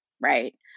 right